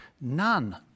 none